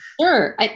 Sure